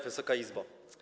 Wysoka Izbo!